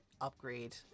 upgrade